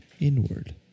inward